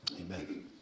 Amen